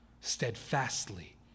Steadfastly